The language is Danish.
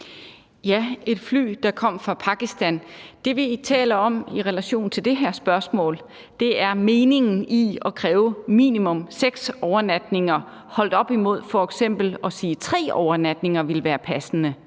var et fly, der kom fra Pakistan. Det, vi taler om i relation til det her spørgsmål, er meningen i at kræve seks overnatninger holdt op imod f.eks. at sige, at tre overnatninger ville være passende.